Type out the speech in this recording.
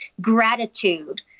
gratitude